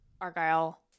Argyle